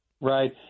Right